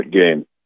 game